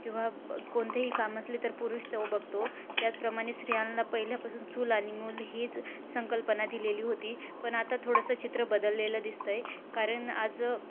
किंवा कोणतेही काम असले तर पुरुष तो बघतो त्याचप्रमाणे स्रियांना पहिल्यापासून चूल आणि मूल हीच संकल्पना दिलेली होती पण आता थोडंसं चित्र बदललेलं दिसतं आहे कारण आज